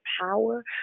power